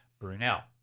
Brunel